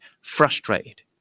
frustrated